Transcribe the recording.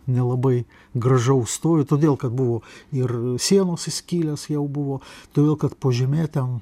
nelabai gražaus stovi todėl kad buvo ir sienose skyles jau buvo todėl kad po žeme ten